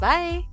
Bye